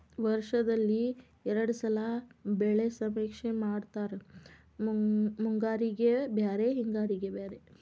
ವರ್ಷದಲ್ಲಿ ಎರ್ಡ್ ಸಲಾ ಬೆಳೆ ಸಮೇಕ್ಷೆ ಮಾಡತಾರ ಮುಂಗಾರಿಗೆ ಬ್ಯಾರೆ ಹಿಂಗಾರಿಗೆ ಬ್ಯಾರೆ